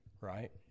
right